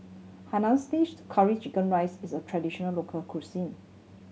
Curry Chicken rice is a traditional local cuisine